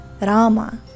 Rama